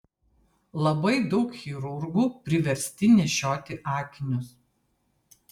labai daug chirurgų priversti nešioti akinius